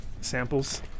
samples